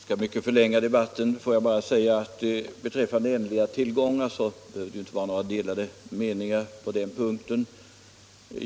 Herr talman! Jag skall inte förlänga debatten så mycket; beträffande ändliga tillgångar tror jag inte att det behöver råda några delade meningar.